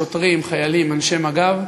שוטרים, חיילים, אנשי מג"ב.